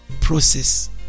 process